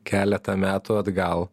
keletą metų atgal